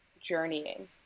journeying